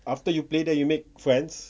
after you play then you make friends